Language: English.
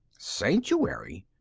sanctuary!